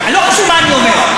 נגד יוסי יונה,